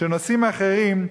שנושאים אחרים,